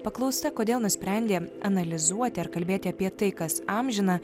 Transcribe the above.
paklausta kodėl nusprendė analizuoti ar kalbėti apie tai kas amžina